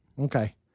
Okay